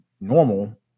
normal